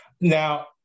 Now